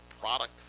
product